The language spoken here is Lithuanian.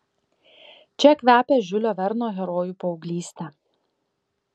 čia kvepia žiulio verno herojų paauglyste